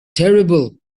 terrible